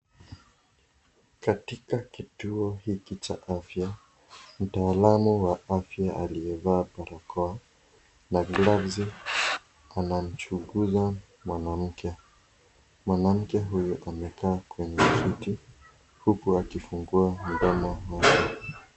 Katika kituo hiki cha afya, mtaalamu wa afya aliyevaa barakoa na gloves anamchunguza mwanamke. Mwanamke huyu amekaa kwenye kiti huku akifungua mdomo.